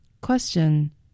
Question